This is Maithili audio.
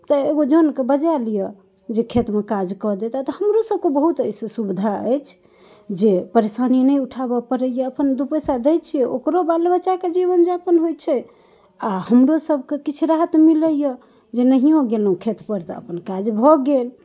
तऽ एगो जनके बजा लिअ जे खेतमे काज कऽ देतथि हमरो सबके बहुत अइसँ सुविधा अछि जे परेशानी नहि उठाबै पड़ैये अपन दू पैसा दै छियै ओकरो बाल बच्चाके जीवन यापन होइ छै आओर हमरो सबके किछु राहत मिलैये जे नहियो गेलहुँ खेतपर तऽ अपन काज भऽ गेल